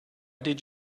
did